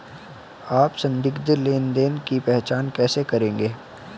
आप संदिग्ध लेनदेन की पहचान कैसे करेंगे?